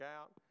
out